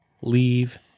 leave